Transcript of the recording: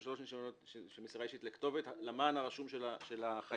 שלושה ניסיונות של מסירה למען הרשום של החייב,